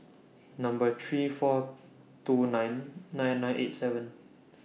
Number three four two nine nine nine eight seven